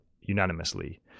unanimously